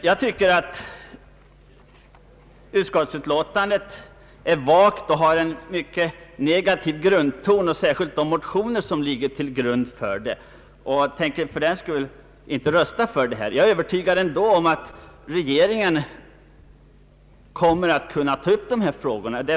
Jag tycker att utskottsutlåtandet är vagt och har en negativ grundton, och det gäller ännu mer de motioner som ligger till grund för det. Jag tänker därför inte rösta för utskottets hemställan. Jag hoppas att regeringen ändå kommer att kunna ta upp dessa frågor.